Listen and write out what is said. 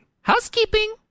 Housekeeping